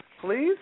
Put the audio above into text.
please